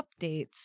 updates